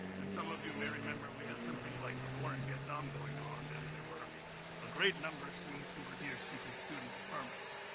and some of you may remember we had something like the war in vietnam going on, and there were a great number of students who were here seeking student deferments.